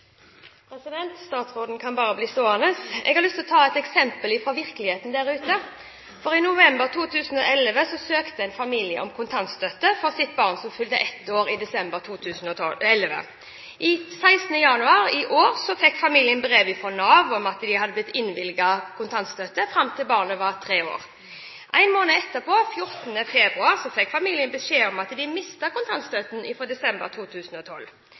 Statsråden kan bare bli stående. Jeg har lyst til å ta et eksempel fra virkeligheten der ute. I november 2011 søkte en familie om kontantstøtte for sitt barn som fylte ett år i desember 2011. 16. januar i år fikk familien brev fra Nav om at de hadde blitt innvilget kontantstøtte fram til barnet var tre år. En måned etterpå, 14. februar, fikk familien beskjed om at de vil miste kontantstøtten fra desember 2012.